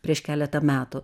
prieš keletą metų